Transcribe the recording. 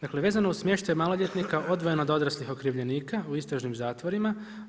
Dakle, vezano uz smještaj maloljetnika odvojeno od odraslih okrivljenika, u istražnim zatvorima.